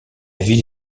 ville